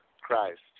Christ